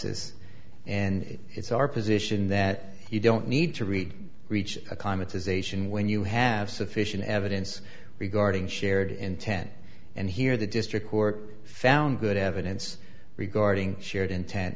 analysis and it's our position that you don't need to read reach a common position when you have sufficient evidence regarding shared intent and here the district court found good evidence regarding shared intent